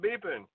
beeping